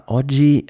oggi